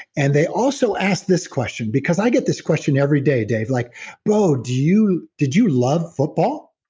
and they also asked this question, because i get this question every day, dave, like bo, did you did you love football?